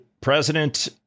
President